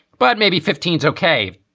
but maybe fifteen. okay.